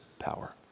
power